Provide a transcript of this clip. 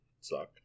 suck